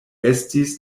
estis